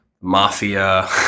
mafia